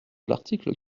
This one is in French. l’article